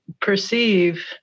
perceive